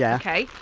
yeah okay?